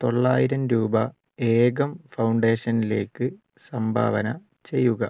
തൊള്ളായിരം രൂപ ഏകം ഫൗണ്ടേഷനിലേക്ക് സംഭാവന ചെയ്യുക